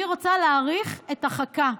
אני רוצה להאריך את החכה,